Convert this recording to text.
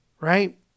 right